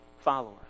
follower